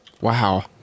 wow